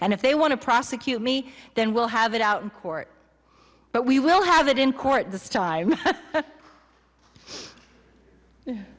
and if they want to prosecute me then we'll have it out in court but we will have it in court this time